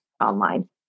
online